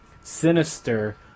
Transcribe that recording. Sinister